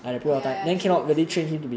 oh ya ya ya true true